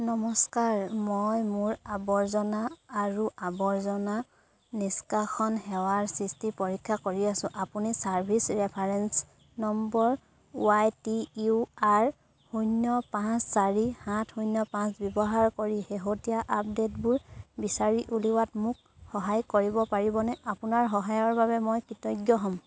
নমস্কাৰ মই মোৰ আৱৰ্জনা আৰু আৱৰ্জনা নিষ্কাশন সেৱাৰ স্থিতি পৰীক্ষা কৰি আছোঁ আপুনি service reference number Y T U R শূন্য পাঁচ চাৰি সাত শূন্য পাঁচ ব্যৱহাৰ কৰি শেহতীয়া আপডে'টবোৰ বিচাৰি উলিওৱাত মোক সহায় কৰিব পাৰিবনে আপোনাৰ সহায়ৰ বাবে মই কৃতজ্ঞ হ'ম